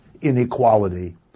inequality